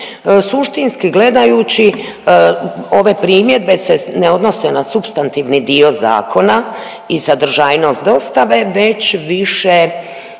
Suštinski gledajući ove primjedbe se ne odnose na supstantivni dio zakona i sadržajnost dostave već više,